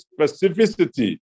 specificity